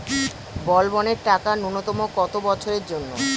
বলবনের টাকা ন্যূনতম কত বছরের জন্য?